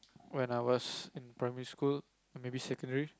when I was in primary school or maybe secondary